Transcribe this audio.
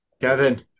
Kevin